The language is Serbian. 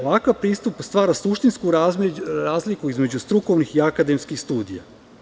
Ovakav pristup stvara suštinsku razliku između strukovnih i akademskih studija.